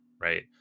right